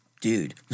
dude